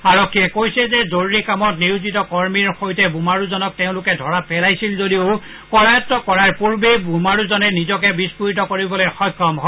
আৰক্ষীয়ে কয় যে জৰুৰী কামত নিয়োজিত কৰ্মীৰ সৈতে বোমাৰুজনক তেওঁলোকে ধৰা পেলাইছিল যদিও কৰায়ত কৰাৰ পূৰ্বেই বোমাৰুজনে নিজকে বিস্ফোৰিত কৰিবলৈ সক্ষম হয়